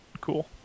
cool